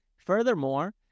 Furthermore